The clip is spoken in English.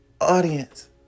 Audience